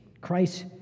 Christ